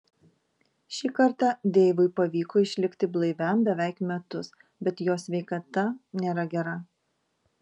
šį kartą deivui pavyko išlikti blaiviam beveik metus bet jo sveikata nėra gera